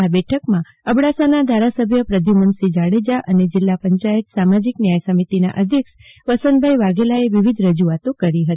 આ બેઠકમાં અબડાસાના ધારાસભ્ય પ્રધ્યુમન સિંહ જાડેજા એ જીલ્લા પંચાયત સામાજિક ન્યાય સમિતિના અધ્યક્ષ વસંતભાઈ વાઘેલાએ વિવિધ રજુઆતો કરી હતી